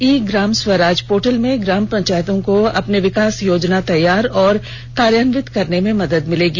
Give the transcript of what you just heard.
ई Gram Swaraj portal में ग्राम पंचायतों को अपनी विकास योजना तैयार और कार्यान्वित करने में मदद मिलेगी